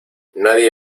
nadie